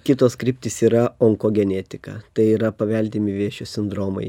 kitos kryptys yra onkogenetika tai yra paveldimi vėžio sindromai